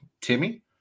timmy